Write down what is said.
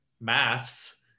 maths